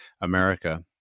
America